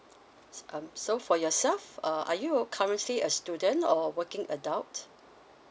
s~ um so for yourself uh are you currently a student or working adult